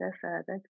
further